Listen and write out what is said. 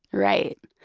right,